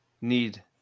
need